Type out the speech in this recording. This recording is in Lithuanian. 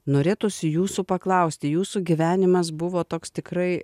norėtųsi jūsų paklausti jūsų gyvenimas buvo toks tikrai